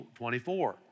24